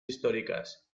históricas